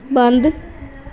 ਬੰਦ